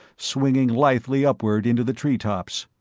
swinging lithely upward into the treetops.